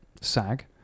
SAG